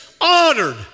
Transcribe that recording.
honored